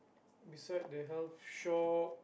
beside the health shop